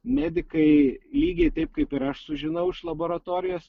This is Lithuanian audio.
medikai lygiai taip kaip ir aš sužinau iš laboratorijos